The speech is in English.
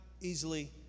easily